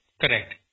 Correct